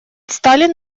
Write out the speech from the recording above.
сталин